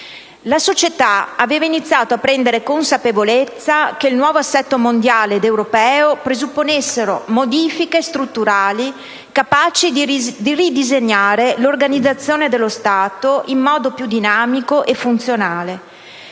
La società aveva iniziato a prendere consapevolezza del fatto che il nuovo assetto mondiale ed europeo presupponesse modifiche strutturali capaci di ridisegnare l'organizzazione dello Stato in modo più dinamico e funzionale.